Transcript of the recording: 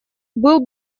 был